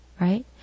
right